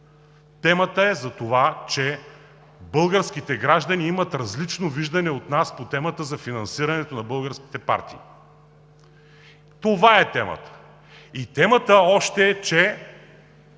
Темата е за това, че българските граждани имат различно виждане от нас по темата за финансирането на българските партии. Това е темата. Темата още е, че